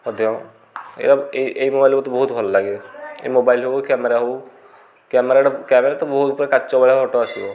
ମଧ୍ୟ ଏଇ ମୋବାଇଲ୍ ମୋତେ ବହୁତ ଭଲ ଲାଗେ ଏ ମୋବାଇଲ୍ ହେଉ କ୍ୟାମେରା ହେଉ କ୍ୟାମେରାଟା କ୍ୟାମେରା ତ ବହୁତ ପୁରା କାଚ ଭଳିଆ ଫଟୋ ଆସିବ